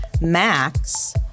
Max